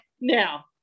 now